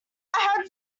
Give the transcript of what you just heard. had